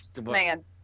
Man